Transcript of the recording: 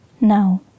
now